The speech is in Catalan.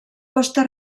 costa